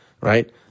right